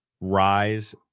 rise